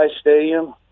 Stadium